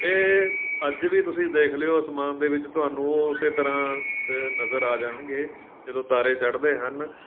ਇਹ ਅੱਜ ਵੀ ਤੁਸੀਂ ਦੇਖ ਲਿਓ ਅਸਮਾਨ ਦੇ ਵਿੱਚ ਤੁਹਾਨੂੰ ਉਸੇ ਤਰ੍ਹਾਂ ਨਜ਼ਰ ਆ ਜਾਣਗੇ ਜਦੋਂ ਤਾਰੇ ਚੜ੍ਹਦੇ ਹਨ